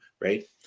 right